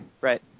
Right